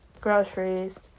groceries